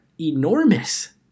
enormous